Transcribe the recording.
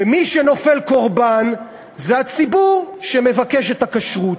ומי שנופל קורבן זה הציבור שמבקש את הכשרות.